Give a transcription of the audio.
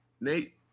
Nate